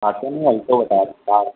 auto नहीं Alto बता रहे कार